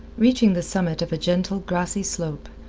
reaching the summit of a gentle, grassy slope,